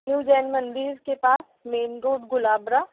new Jain मन्दिर के पास मेन रोड गुलाबरा